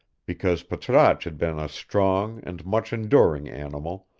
because patrasche had been a strong and much-enduring animal,